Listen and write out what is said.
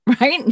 right